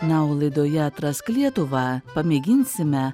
na o laidoje atrask lietuvą pamėginsime